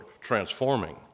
transforming